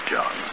John